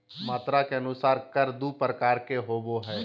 मात्रा के अनुसार कर दू प्रकार के होबो हइ